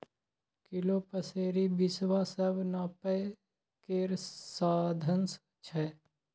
kilo, पसेरी, बिसवा सब नापय केर साधंश छै